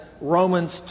Romans